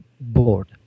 board